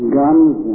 guns